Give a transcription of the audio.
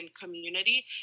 community